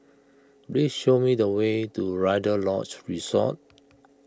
please show me the way to Rider's Lodge Resort